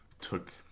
took